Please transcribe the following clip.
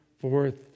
forth